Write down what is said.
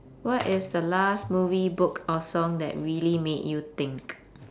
what is the last movie book or song that really made you think